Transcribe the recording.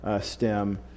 Stem